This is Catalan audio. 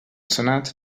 senat